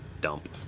dump